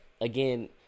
again